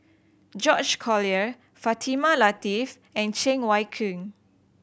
George Collyer Fatimah Lateef and Cheng Wai Keung